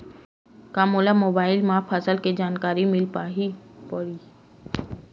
का मोला मोबाइल म फसल के जानकारी मिल पढ़ही?